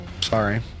Sorry